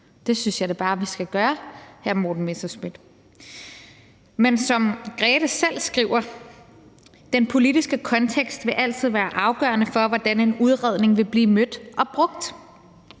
Det synes jeg da bare vi skal gøre, hr. Morten Messerschmidt. Men som Grete Brochmann selv skriver: Den politiske kontekst vil altid være afgørende for, hvordan en udredning vil blive mødt og brugt.